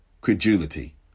credulity